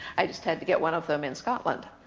i just had to get one of them in scotland.